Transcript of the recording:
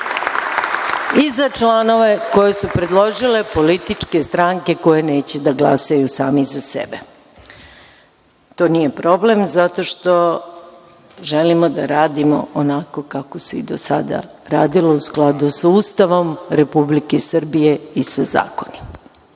i za članove koji su predložile političke stranke koje neće da glasaju same za sebe. To nije problem, zato što želimo da radimo onako kako se i do sada radilo, u skladu sa Ustavom Republike Srbije i sa zakonima. Ne